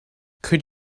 could